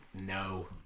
No